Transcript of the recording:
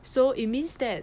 so it means that